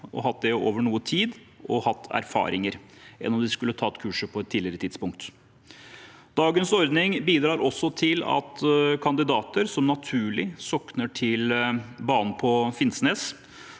har hatt førerkort over noe tid og har noe erfaring, enn om de skulle tatt kurset på et tidligere tidspunkt. Dagens ordning bidrar også til at kandidater som naturlig sokner til banen på Finnsnes